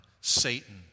Satan